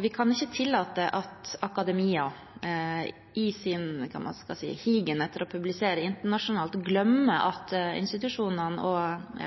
Vi kan ikke tillate at akademia i sin higen etter å publisere internasjonalt glemmer at institusjonene og